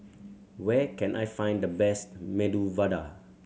where can I find the best Medu Vada